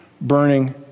burning